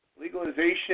legalization